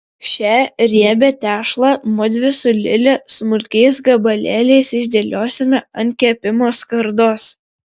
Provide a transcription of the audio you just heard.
šią riebią tešlą mudvi su lile smulkiais gabalėliais išdėliosime ant kepimo skardos